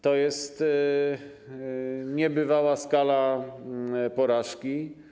To jest niebywała skala porażki.